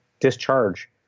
discharge